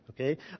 Okay